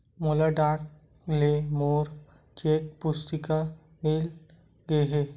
मोला डाक ले मोर चेक पुस्तिका मिल गे हे